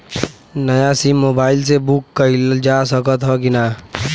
नया SIM mobile से book कइलजा सकत ह कि ना?